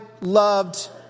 loved